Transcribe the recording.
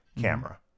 camera